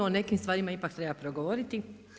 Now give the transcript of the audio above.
O nekim stvarima ipak treba progovoriti.